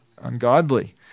ungodly